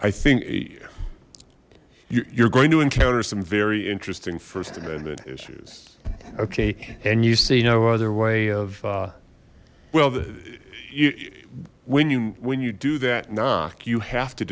i think you're going to encounter some very interesting first amendment issues okay and you see no other way of well the you when you when you do that knock you have to